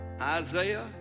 Isaiah